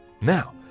Now